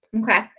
Okay